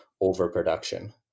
overproduction